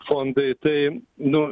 fondai tai nu